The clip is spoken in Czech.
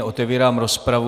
Otevírám rozpravu.